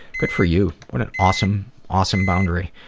good for you. what an awesome, awesome boundary.